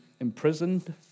imprisoned